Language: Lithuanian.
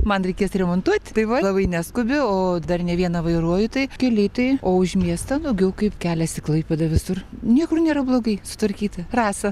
man reikės remontuot tai va labai neskubi o dar ne vieną vairuoju tai keliai tai o už miestą daugiau kaip kelias į klaipėdą visur niekur nėra blogai sutvarkyti rasa